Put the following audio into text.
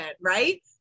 right